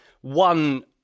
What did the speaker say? one